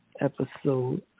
episode